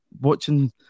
watching